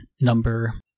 number